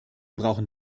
brauchen